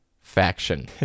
faction